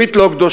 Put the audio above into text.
ברית לא קדושה,